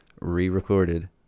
re-recorded